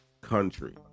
country